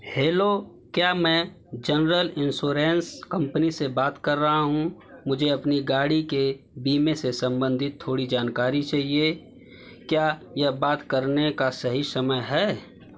hello क्या मैं general insurance company से बात कर रहा हूँ मुझे अपनी गाड़ी के बीमे से सम्बन्धित थोड़ी जानकारी चाहिए क्या यह बात करने का सही समय है